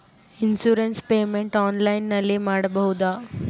Insurance payment ಆನ್ಲೈನಿನಲ್ಲಿ ಮಾಡಬಹುದಾ?